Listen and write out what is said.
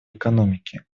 экономики